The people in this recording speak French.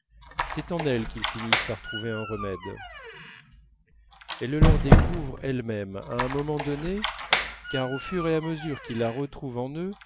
c'est en elle qu'ils finissent par trouver un remède elle le leur découvre elle-même à un moment donné car au fur et à mesure qu'ils la retournent en eux